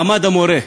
מעמד המורה,